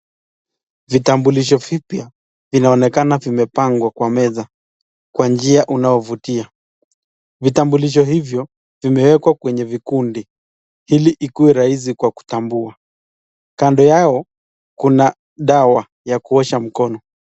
Vitambulisho vipya vinaonekana vimepangwa kwa meza kwa njia unaovutia. Vitambulisho hivyo imeekwa kwenye vikundi ili iwe rahisi kwa kutambua. Kando yao kuna dawa ya kuosha mikono.